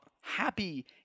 happy